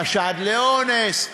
חשד לאונס,